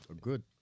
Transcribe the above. Good